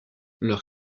leur